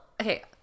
okay